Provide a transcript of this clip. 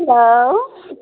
hello